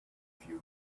few